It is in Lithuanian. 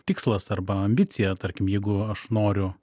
tikslas arba ambicija tarkim jeigu aš noriu